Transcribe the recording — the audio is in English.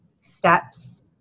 steps